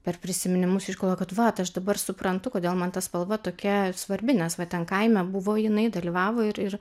per prisiminimus išgalvojo kad vat aš dabar suprantu kodėl man ta spalva tokia svarbi nes va ten kaime buvo jinai dalyvavo ir ir